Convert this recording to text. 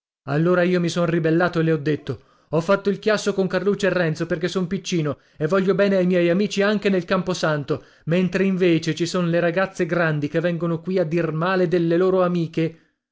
allora io mi son ribellato e le ho detto ho fatto il chiasso con carluccio e renzo perché son piccino e voglio bene ai miei amici anche nel camposanto mentre invece ci sono le ragazze grandi che vengono qui a dir male delle loro amiche